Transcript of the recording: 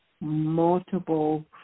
Multiple